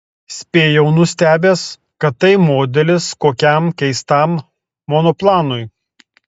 spėjau nustebęs kad tai modelis kokiam keistam monoplanui